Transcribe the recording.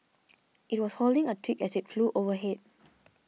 it was holding a twig as it flew overhead